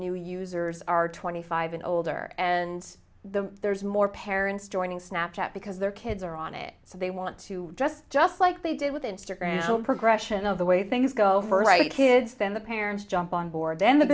new users are twenty five and older and the there's more parents joining snapchat because their kids are on it so they want to dress just like they did with instagram progression of the way things go for a kids then the parents jump on board then the